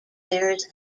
bears